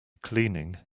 cleaning